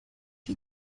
you